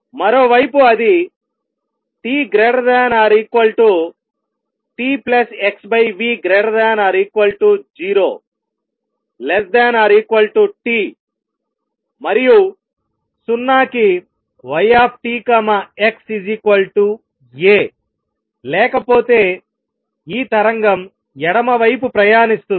మరోవైపు అది tt x v 0t మరియు 0 కి y t x A లేకపోతే ఈ తరంగం ఎడమ వైపు ప్రయాణిస్తుంది